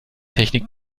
technik